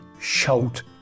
shout